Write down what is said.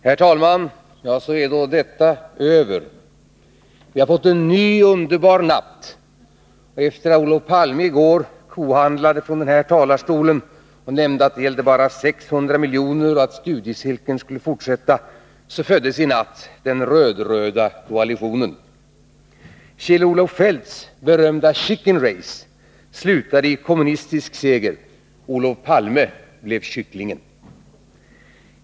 Herr talman! Så är då detta över. Vi har fått en ny underbar natt, och efter det att Olof Palme i går förhandlade från den här talarstolen och nämnde att det bara gällde 600 miljoner samt att studiecirkeln skulle fortsätta, föddes i natt den röd-röda koalitionen.